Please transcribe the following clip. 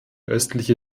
östliche